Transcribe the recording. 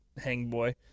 Hangboy